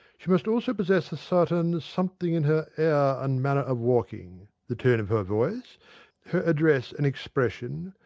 she must also possess a certain something in her air and manner of walking the tone of her voice her address and expression,